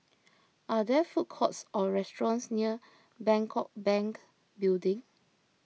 are there food courts or restaurants near Bangkok Bank Building